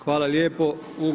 Hvala lijepo.